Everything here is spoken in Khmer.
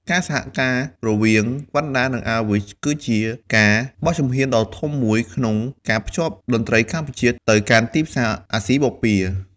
ការសហការរវាងវណ្ណដា និង Awich គឺជាការបោះជំហានដ៏ធំមួយក្នុងការភ្ជាប់តន្ត្រីកម្ពុជាទៅកាន់ទីផ្សារអាស៊ីបូព៌ា។